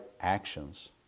actions